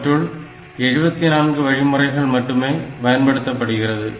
அவற்றுள் 74 வழிமுறைகள் மட்டுமே பயன்படுத்தப்படுகிறது